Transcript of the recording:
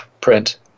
print